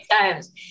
times